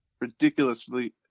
ridiculously